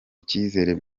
icyizere